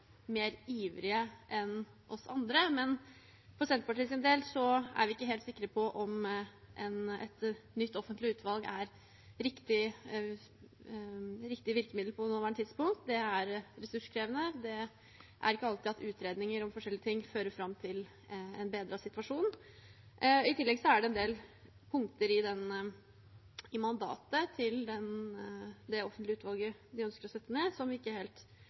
mer ivrige enn oss andre, men for Senterpartiets del er vi ikke helt sikre på om et nytt offentlig utvalg er riktig virkemiddel på det nåværende tidspunkt. Det er ressurskrevende, og det er ikke alltid at utredninger om forskjellige ting fører fram til en bedret situasjon. I tillegg er det en del punkter i mandatet til det offentlige utvalget de ønsker å sette ned, som vi ikke helt